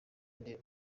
ndebe